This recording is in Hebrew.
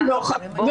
יש.